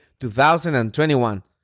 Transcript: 2021